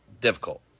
difficult